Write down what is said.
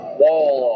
wall